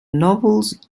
novels